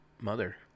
mother